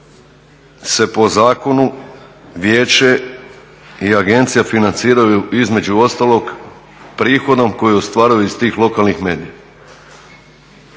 se po zakonu vijeće i agencija financiraju između ostalog prihodom koji ostvaruju iz tih lokalnih medija.